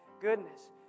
goodness